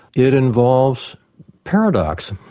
it involves paradox.